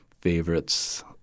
favorites